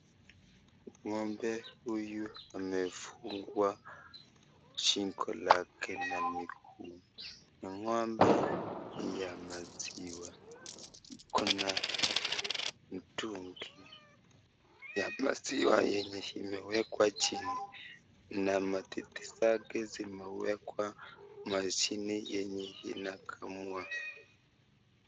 Ng'ombe huyu amefungwa shingo lake na miguu ni ng'ombe ya maziwa. Kuna mtungi ya plastiki yenye imewekwa chini na matiti zake zimewekwa mashine yenye inakamua.